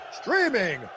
streaming